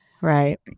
Right